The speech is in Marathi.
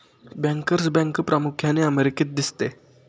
बँकर्स बँक प्रामुख्याने अमेरिकेत दिसते